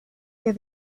que